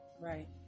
Right